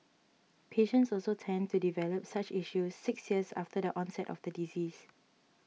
patients also tend to develop such issues six years after the onset of the disease